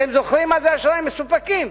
אתה זוכרים מה זה אשראי מסופקים?